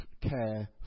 care